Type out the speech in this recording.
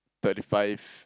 thirty five